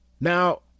Now